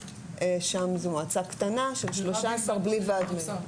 שם זה מועצה קטנה של 13 בלי ועד מנהל.